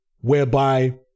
whereby